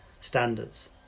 standards